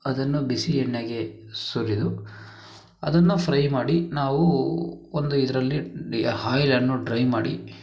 ಅದನ್ನು ಬಿಸಿ ಎಣ್ಣೆಗೆ ಸುರಿದು ಅದನ್ನು ಫ್ರೈ ಮಾಡಿ ನಾವು ಒಂದು ಇದರಲ್ಲಿ ಆಯಿಲನ್ನು ಡ್ರೈ ಮಾಡಿ